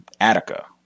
attica